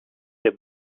der